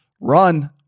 run